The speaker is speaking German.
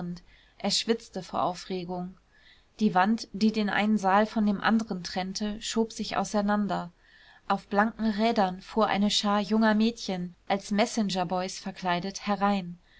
er schwitzte vor aufregung die wand die den einen saal von dem anderen trennte schob sich auseinander auf blanken rädern fuhr eine schar junger mädchen als messenger boys verkleidet herein